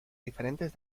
diferentes